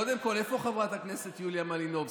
קודם כול, איפה חברת הכנסת יוליה מלינובסקי?